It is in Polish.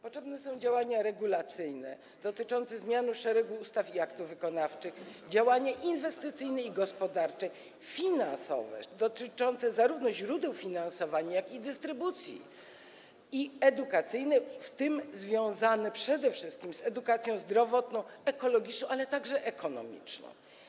Potrzebne są działania regulacyjne dotyczące zmiany szeregu ustaw i aktów wykonawczych, działania inwestycyjne i gospodarcze, działania finansowe - dotyczące zarówno źródeł finansowania, jak i dystrybucji - i edukacyjne, w tym związane przede wszystkim z edukacją zdrowotną i ekologiczną, ale także ekonomiczną.